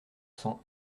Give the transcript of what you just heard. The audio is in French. cent